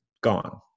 gone